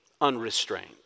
unrestrained